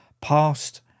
past